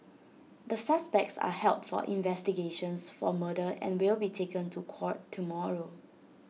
the suspects are held for investigations for murder and will be taken to court tomorrow